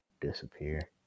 disappear